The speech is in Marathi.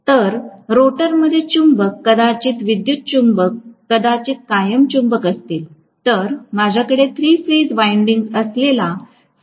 तर रोटरमध्ये चुंबक कदाचित विद्युत चुंबक कदाचित कायम चुंबक असतील तर माझ्याकडे थ्री फेज विंडिंग्ज असलेला स्टेटर असेल